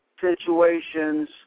situations